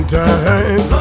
time